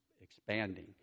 expanding